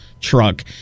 truck